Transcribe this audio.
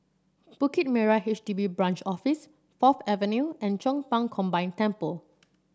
Bukit Merah H D B Branch Office Fourth Avenue and Chong Pang Combine Temple